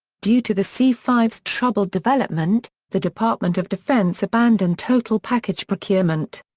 due to the c five s troubled development, the department of defense abandoned total package procurement.